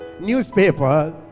newspapers